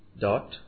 dot